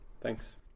Thanks